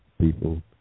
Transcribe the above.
people